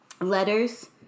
letters